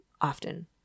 often